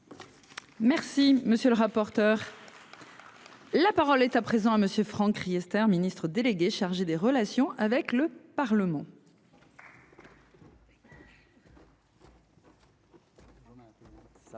Merci monsieur le rapporteur. La parole est à présent à monsieur Franck Riester, Ministre délégué chargé des relations avec le Parlement.